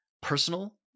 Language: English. personal